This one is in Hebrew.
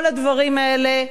כל הדברים האלה,